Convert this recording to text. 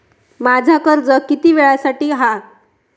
माझा कर्ज किती वेळासाठी हा?